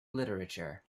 literature